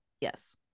yes